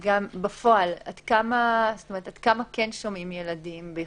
ובפועל עד כמה כן שומעים ילדים?